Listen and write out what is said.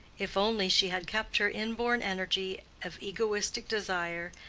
if only she had kept her inborn energy of egoistic desire,